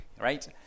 right